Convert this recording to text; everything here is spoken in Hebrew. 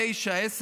09:00,